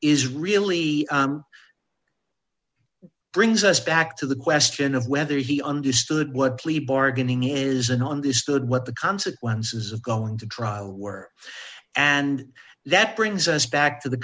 is really brings us back to the question of whether he understood what plea bargaining is and on this stood what the consequences of going to trial were and that brings us back to the